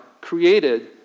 created